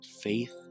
faith